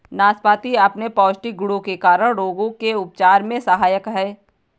नाशपाती अपने पौष्टिक गुणों के कारण रोगों के उपचार में सहायक है